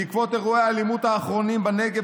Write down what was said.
בעקבות אירועי האלימות האחרונים בנגב,